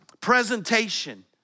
presentation